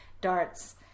darts